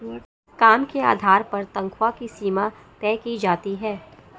काम के आधार पर तन्ख्वाह की सीमा तय की जाती है